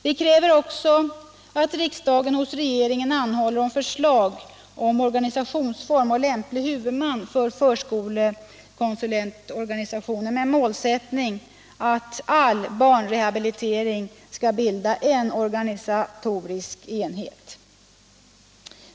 Vi kräver också att riksdagen hos regeringen begär förslag om organisationsform och lämplig huvudman för förskolekonsulentorganisationen med målsättning att all barnrehabilitering skall bilda en organisk enhet.